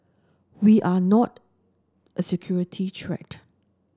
we are not a security threat